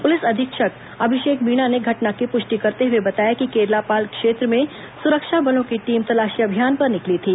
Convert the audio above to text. police अधीक्षक अभिषेक मीणा ने घटना की पुष्टि करते हुए बताया कि केरलापाल क्षेत्र में सुरक्षा बलों की टीम तलाशी अभियान पर निकली थी